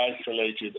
isolated